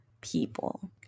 people